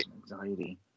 anxiety